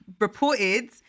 reported